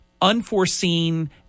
unforeseen